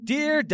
Dear